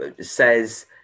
says